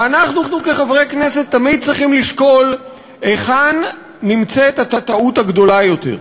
ואנחנו כחברי כנסת תמיד צריכים לשקול היכן נמצאת הטעות הגדולה יותר,